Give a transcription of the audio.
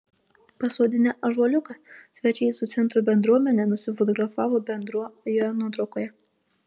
pasodinę ąžuoliuką svečiai su centro bendruomene nusifotografavo bendroje nuotraukoje